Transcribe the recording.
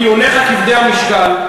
טיעוניך כבדי המשקל,